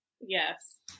Yes